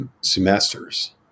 semesters